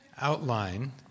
outline